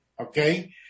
okay